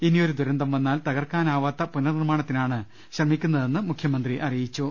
ഇനി യൊരു ദുരന്തം വന്നാൽ തകർക്കാനാവാത്ത പുനർ നിർമ്മാണ ത്തിനാണ് ശ്രമിക്കുന്നതെന്നും മുഖ്യമന്ത്രി അറിയിച്ചു